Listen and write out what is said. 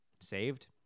Saved